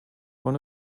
one